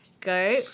go